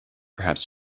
perhaps